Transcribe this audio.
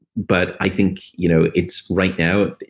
but i think you know it's, right now,